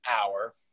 hour